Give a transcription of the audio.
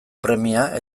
premia